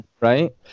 right